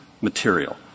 material